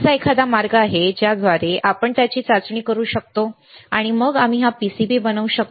असा एखादा मार्ग आहे ज्याद्वारे आपण त्याची चाचणी करू शकतो आणि मग आम्ही हा PCB बनवू शकतो